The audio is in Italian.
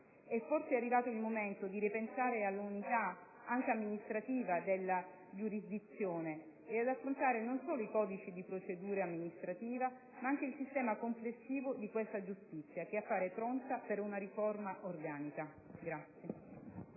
È forse arrivato il momento di ripensare all'unità, anche amministrativa, della giurisdizione e riformare non solo i codici di procedura amministrativa, ma anche il sistema complessivo di questa giustizia, che appare pronta per una riforma organica.